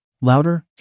Louder